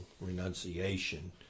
renunciation